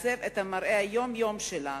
השלטון המקומי למעשה מעצב את מראה היום-יום שלנו,